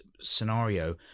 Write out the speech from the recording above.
scenario